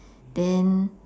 then